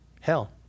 Hell